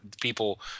people